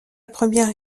première